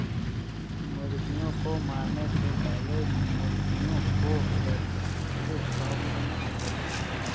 मुर्गियों को मारने से पहले मुर्गियों को इलेक्ट्रिक शॉक से मार देते हैं